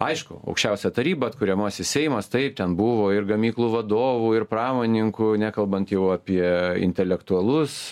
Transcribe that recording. aišku aukščiausia taryba atkuriamasis seimas taip ten buvo ir gamyklų vadovų ir pramonininkų nekalbant jau apie intelektualus